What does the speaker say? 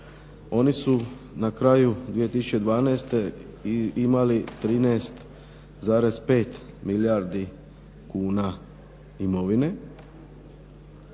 Oni su na kraju 2012. imali 13,5 milijardi kuna imovine.